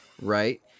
right